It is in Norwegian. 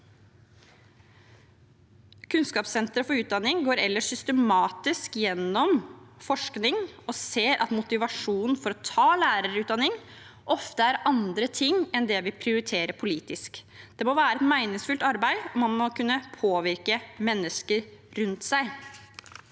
Kunnskapssenteret for utdanning går ellers systematisk gjennom forskning og ser at motivasjonen for å ta lærerutdanning ofte er andre ting enn det vi prioriterer politisk. Det må være meningsfylt arbeid, man må kunne påvirke mennesker rundt seg.